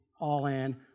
all-in